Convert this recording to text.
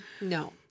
no